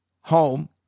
home